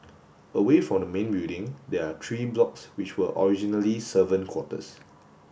away from the main building there are three blocks which were originally servant quarters